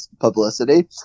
publicity